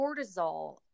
cortisol